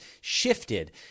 shifted